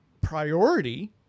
priority